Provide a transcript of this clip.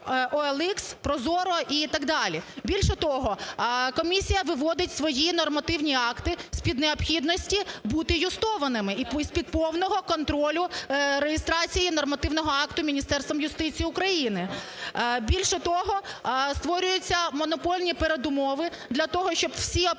OLX, ProZorro і так далі. Більше того, комісія виводить свої нормативні акти з-під необхідності бути юстованими і з-під повного контролю реєстрації нормативного акту Міністерством юстиції України. Більше того, створюються монопольні передумови для того, щоб всі операції